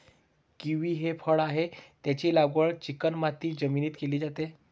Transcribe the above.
kiwi हे फळ आहे, त्याची लागवड चिकणमाती जमिनीत केली जाते